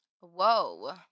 Whoa